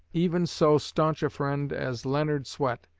even so stanch a friend as leonard swett,